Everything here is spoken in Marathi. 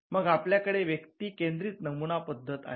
मग आपल्याकडे व्यक्ति केंद्रित नमुना पद्धत आली